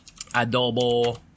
adobo